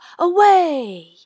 Away